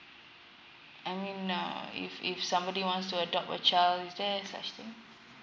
I mean no if if somebody wants to adopt a child is that such thing